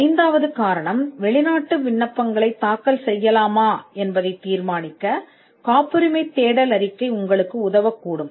ஐந்தாவது காரணம் வெளிநாட்டு விண்ணப்பங்களை தாக்கல் செய்யலாமா என்பதை தீர்மானிக்க காப்புரிமை தேடல் அறிக்கை உங்களுக்கு உதவக்கூடும்